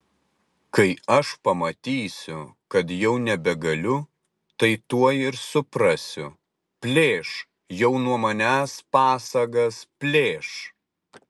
kai aš pamatysiu kad jau nebegaliu tai tuoj ir suprasiu plėš jau nuo manęs pasagas plėš